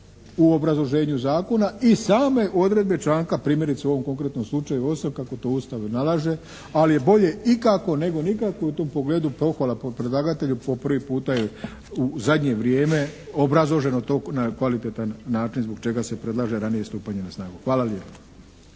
u obrazloženju zakona i same odredbe članka, primjerice u ovom konkretnom slučaju 8. kako to Ustav nalaže. Ali je bolje ikako nego nikako. I u tom pogledu pohvala predlagatelju, po prvi puta je u zadnje vrijeme obrazloženo to na kvalitetan način zbog čega se predlaže ranije stupanje na snagu. Hvala lijepo.